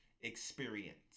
experience